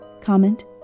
comment